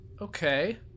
okay